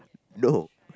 no